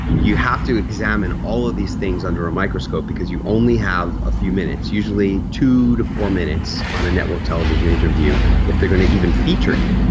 you have to examine all of these things under a microscope because you only have a few minutes, usually two to four minutes on a network television interview if they're going to even feature you.